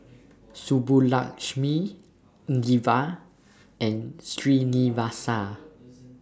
Subbulakshmi Indira and Srinivasa